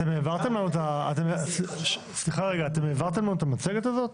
אתם העברתם לנו את המצגת הזאת?